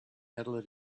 metal